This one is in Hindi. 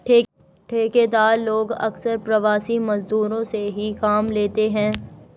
ठेकेदार लोग अक्सर प्रवासी मजदूरों से ही काम लेते हैं